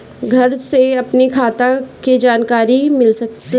घर से अपनी खाता के जानकारी मिल सकेला?